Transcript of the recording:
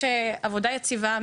יש עבודה יציבה,